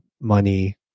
money